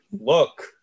look